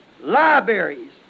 libraries